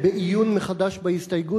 בעיון מחדש בהסתייגות,